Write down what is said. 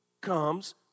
comes